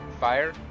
Fire